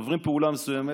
עוברים פעולה מסוימת,